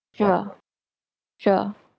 sure sure